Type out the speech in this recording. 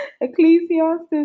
ecclesiastes